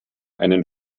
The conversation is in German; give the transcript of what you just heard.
einen